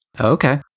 okay